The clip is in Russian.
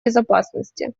безопасности